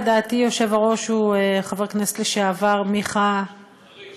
לדעתי, היושב-ראש הוא חבר הכנסת לשעבר מיכה, חריש.